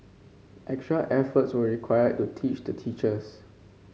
extra efforts were required to teach the teachers